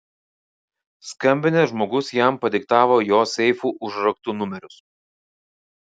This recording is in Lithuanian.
skambinęs žmogus jam padiktavo jo seifų užraktų numerius